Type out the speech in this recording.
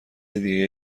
دیگه